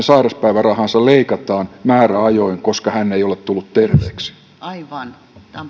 sairauspäivärahaa leikataan määräajoin koska hän ei ole tullut terveeksi